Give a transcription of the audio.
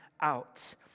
out